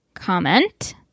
comment